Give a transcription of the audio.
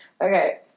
Okay